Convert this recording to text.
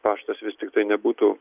paštas vis tiktai nebūtų